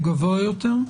הוא גבוה יותר?